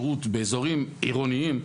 באזורים עירוניים,